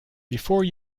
before